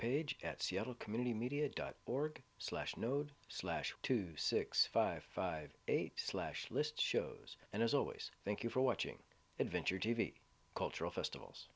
page at seattle community media dot org slash node slash two six five five eight slash list shows and as always thank you for watching adventure t v cultural festivals